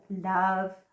love